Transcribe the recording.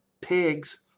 pigs